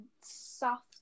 soft